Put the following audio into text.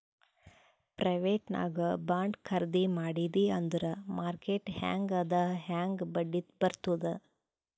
private ನಾಗ್ bond ಖರ್ದಿ ಮಾಡಿದಿ ಅಂದುರ್ ಮಾರ್ಕೆಟ್ ಹ್ಯಾಂಗ್ ಅದಾ ಹಾಂಗ್ ಬಡ್ಡಿ ಬರ್ತುದ್